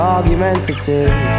Argumentative